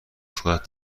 خودت